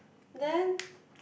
then